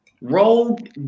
Rogue